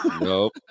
nope